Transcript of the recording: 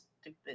stupid